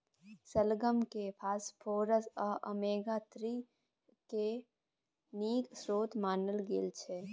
शलगम केँ फास्फोरस आ ओमेगा थ्री केर नीक स्रोत मानल गेल छै